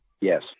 Yes